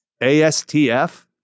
ASTF